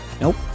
Nope